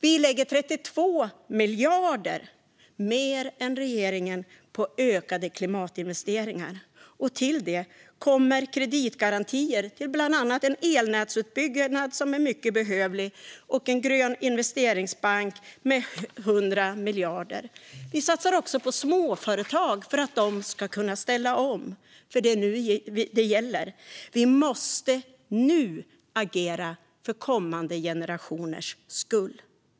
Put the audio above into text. Vi lägger 32 miljarder mer än regeringen på ökade klimatinvesteringar, och till detta kommer kreditgarantier på 100 miljarder för bland annat en elnätsutbyggnad som är mycket behövlig och en grön investeringsbank. Vi satsar också på småföretag för att de ska kunna ställa om, för det är nu det gäller. Vi måste agera nu för kommande generationers skull.